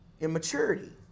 immaturity